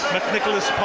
McNicholas